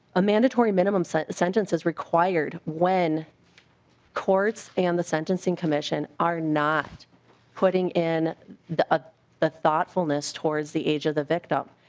ah mandatory minimum sentence sentence is required when courts and the sentencing commission's are not putting in the ah the thoughtfulness towards the age of the victim.